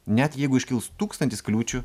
net jeigu iškils tūkstantis kliūčių